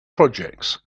projects